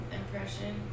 impression